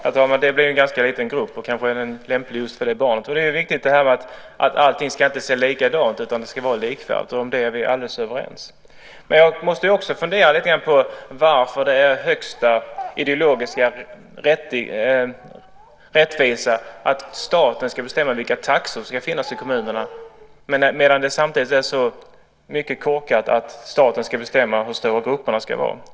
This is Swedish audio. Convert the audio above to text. Herr talman! Det är viktigt att allting inte ska se likadant ut, utan det ska vara likvärdigt. Om det är vi alldeles överens. Jag måste också fundera lite på varför det är högsta ideologiska rättvisa att staten ska bestämma vilka taxor som ska finnas i kommunerna medan det samtidigt är mycket korkat att staten ska bestämma hur stora grupperna ska vara.